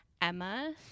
Emma